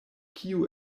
kiu